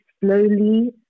slowly